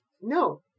No